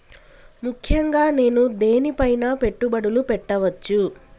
ముఖ్యంగా నేను దేని పైనా పెట్టుబడులు పెట్టవచ్చు?